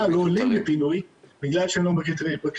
לא עולים לפינוי בגלל שהם לא בקריטריונים.